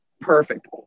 Perfect